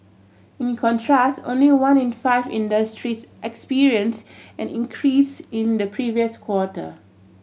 in contrast only one in five industries experience and increase in the previous quarter